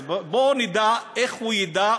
אז בואו נדע איך הוא ידע,